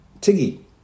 Tiggy